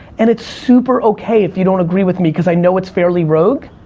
and it's super okay if you don't agree with me, cause i know it's fairly rogue.